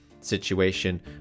situation